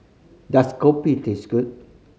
does kopi taste good